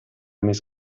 miss